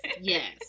Yes